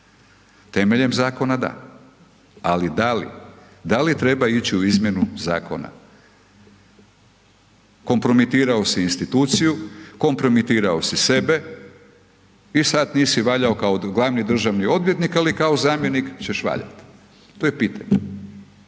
Temeljem zakona da. Ali da li, da li treba ići u izmjenu zakona? Kompromitirao si instituciju, kompromitirao si sebe i sada nisi valjao kao glavni državni odvjetnik, ali kao zamjenik ćeš valjati. To je pitanje,